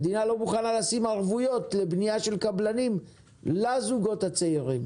המדינה לא מוכנה לשים ערבויות לבנייה של קבלנים לזוגות הצעירים.